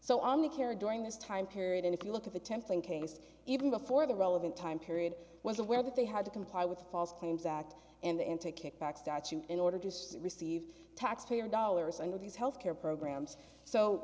the care during this time period and if you look at the template case even before the relevant time period was aware that they had to comply with false claims act and to kickback statute in order to receive taxpayer dollars under these health care programs so